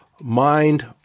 mind